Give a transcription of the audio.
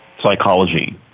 psychology